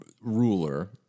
ruler